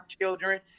children